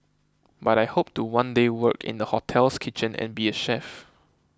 but I hope to one day work in the hotel's kitchen and be a chef